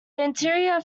interior